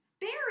Barry